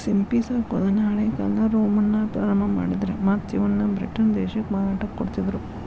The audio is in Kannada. ಸಿಂಪಿ ಸಾಕೋದನ್ನ ಹಳೇಕಾಲ್ದಾಗ ರೋಮನ್ನರ ಪ್ರಾರಂಭ ಮಾಡಿದ್ರ ಮತ್ತ್ ಇವನ್ನ ಬ್ರಿಟನ್ ದೇಶಕ್ಕ ಮಾರಾಟಕ್ಕ ಕೊಡ್ತಿದ್ರು